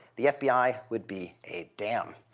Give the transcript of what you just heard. the fbi would be a dam.